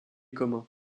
communs